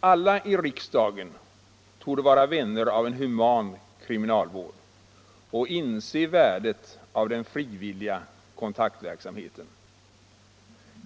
Alla i riksdagen torde vara vänner av en human kriminalvård och inse värdet av den frivilliga kontaktverksamheten.